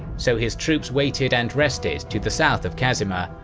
so his troops waited and rested to the south of kazima,